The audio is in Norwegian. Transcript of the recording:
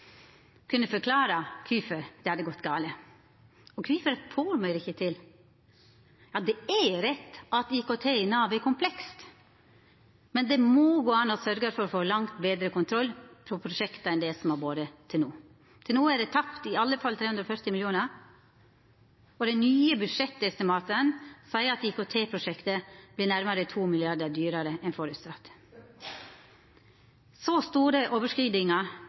kunne forklara kvifor det hadde gått gale. Kvifor får me det ikkje til? Det er rett at IKT i Nav er komplekst, men det må gå an å sørgja for å få langt betre kontroll på prosjekta enn det som har vore til no. Til no er det tapt i alle fall 340 mill. kr, og dei nye budsjettestimata seier at IKT-prosjektet vert nærmare 2 mrd. kr dyrare enn føresett. Så store overskridingar